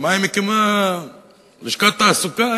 למה היא מקימה לשכת תעסוקה,